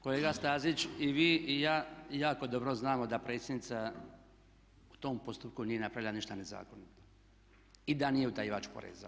Kolega Stazić i vi i ja jako dobro znamo da predsjednica u tom postupku nije napravila ništa nezakonito i da nije utajivač poreza.